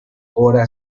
hora